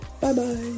Bye-bye